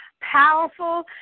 powerful